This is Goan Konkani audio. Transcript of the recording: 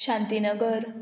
शांतीनगर